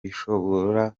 bishobora